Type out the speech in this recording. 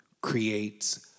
creates